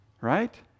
right